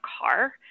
car